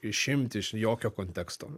išimti iš jokio konteksto